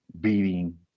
beating